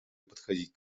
подходить